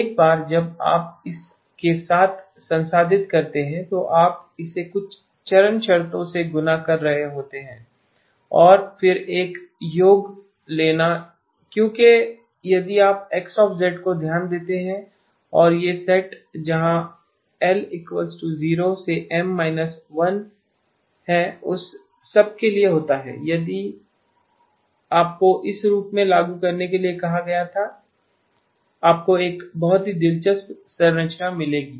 एक बार जब आप इसके साथ संसाधित करते हैं तो आप इसे कुछ चरण शर्तों से गुणा कर रहे होते हैं और फिर एक योग लेना क्योंकि यदि आप X को ध्यान देते हैं और यह सेट जहां l0 से M−1 उस सब के लिए होता है इसलिए यदि आपको इस रूप में लागू करने के लिए कहा गया था आपको एक बहुत ही दिलचस्प संरचना मिलेगी